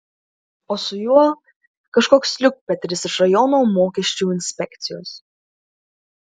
o su juo kažkoks liukpetris iš rajono mokesčių inspekcijos